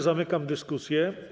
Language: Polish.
Zamykam dyskusję.